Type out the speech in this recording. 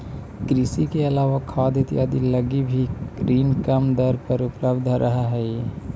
कृषि के अलावा खाद इत्यादि लगी भी ऋण कम दर पर उपलब्ध रहऽ हइ